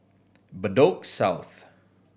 Bedok South